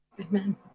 Amen